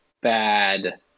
bad